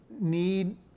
need